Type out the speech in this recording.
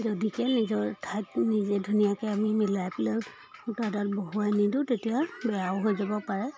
যদিকে নিজৰ ঠাইত নিজে ধুনীয়াকৈ আমি মিলাই পেলায়ো সূতাডাল বহুৱাই নিদিওঁ তেতিয়া বেয়াও হৈ যাব পাৰে